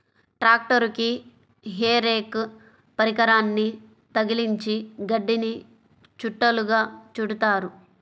ట్రాక్టరుకి hay rake పరికరాన్ని తగిలించి గడ్డిని చుట్టలుగా చుడుతారు